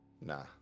nah